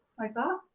like that.